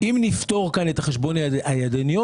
אם נפטור כאן את החשבון הידני,